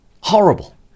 Horrible